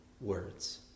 words